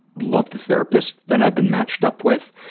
love the therapist that i've been matched up with.